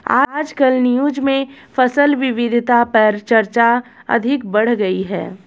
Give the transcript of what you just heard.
आजकल न्यूज़ में फसल विविधता पर चर्चा अधिक बढ़ गयी है